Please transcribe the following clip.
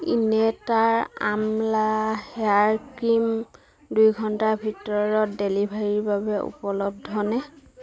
ইনেটাৰ আমলা hair cream দুই ঘণ্টাৰ ভিতৰত ডেলিভাৰীৰ বাবে উপলব্ধনে